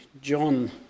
John